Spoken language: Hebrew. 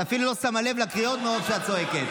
את אפילו לא שמה לב לקריאות מרוב שאת צועקת.